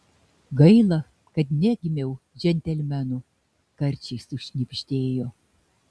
gaila kad negimiau džentelmenu karčiai sušnibždėjo